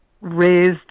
raised